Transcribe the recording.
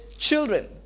children